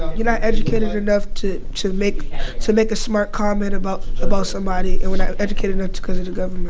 you're not educated enough to to make so make a smart comment about about somebody. and we're not educated enough because of the government